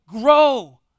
grow